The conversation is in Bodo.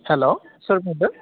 हेल' सोर बुंदों